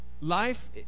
life